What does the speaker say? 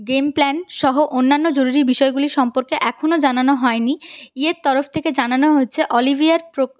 game plan সহ অন্যান্য জরুরি বিষয়গুলির সম্পর্কে এখনো জানানো হয়নি ইএর তরফ থেকে জানানো হচ্ছে অলিভিয়ার